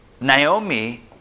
Naomi